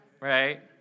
Right